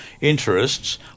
interests